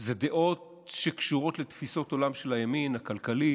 זה דעות שקשורות לתפיסות עולם של הימין הכלכלי,